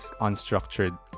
unstructured